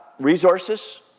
resources